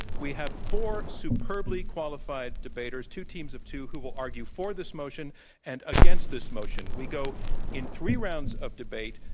we have four superbly qualified debaters, two teams of two who will argue for this motion and against this motion. we go in three rounds of debate.